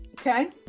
okay